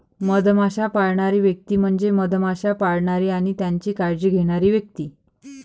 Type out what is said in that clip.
मधमाश्या पाळणारी व्यक्ती म्हणजे मधमाश्या पाळणारी आणि त्यांची काळजी घेणारी व्यक्ती